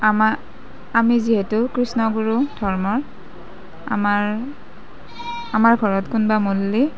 আমা আমি যিহেতু কৃষ্ণ গুৰু ধৰ্ম আমাৰ আমাৰ ঘৰত কোনোবা মৰিলে